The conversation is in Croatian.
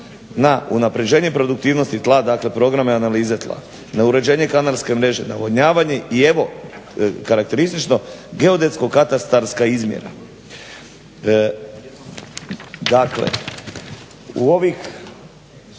na unapređenje produktivnosti tla, dakle programe analize tla, na uređenje kanalske mreže, navodnjavanje i evo karakteristično geodetsko-katastarske izmjera. Dakle, u